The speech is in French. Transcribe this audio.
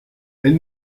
elle